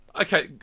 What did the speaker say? Okay